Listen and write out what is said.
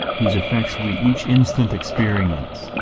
whose effects we each instant experience,